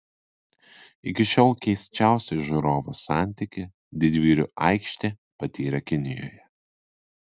iki šiol keisčiausią žiūrovo santykį didvyrių aikštė patyrė kinijoje